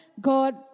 God